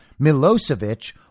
Milosevic